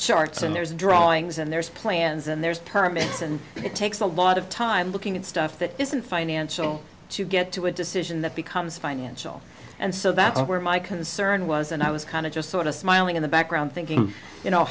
charts and there's drawings and there's plans and there's permits and it takes a lot of time looking at stuff that isn't financial to get to a decision that becomes financial and so that's where my concern was and i was kind of just sort of smiling in the background thinking you know